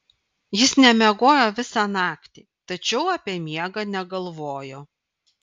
jis nemiegojo visą naktį tačiau apie miegą negalvojo